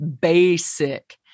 basic